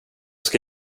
ska